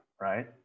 right